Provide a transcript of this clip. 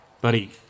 Buddy